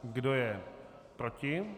Kdo je proti?